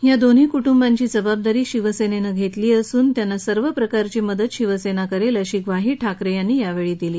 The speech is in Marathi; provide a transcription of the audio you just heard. या दोन्ही कुटुंबाची जबाबदारी शिवसेनेनं घेतली असून त्यांना सर्व प्रकारची मदत शिवसेना करेल अशी ग्वाही ठाकरे यांनी यावेळी दिली